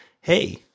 hey